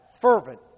fervent